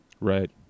Right